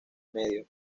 medio